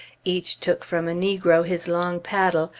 each took from a negro his long paddle,